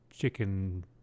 chicken